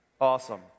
Awesome